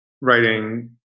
writing